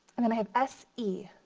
and then i have s e.